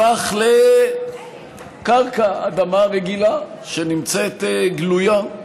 הפך לקרקע, אדמה רגילה שנמצאת גלויה.